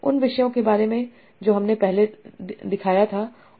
उन विषयों के बारे में जो हम पहले दिखा रहे थे